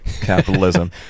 capitalism